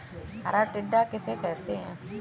हरा टिड्डा किसे कहते हैं?